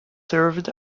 served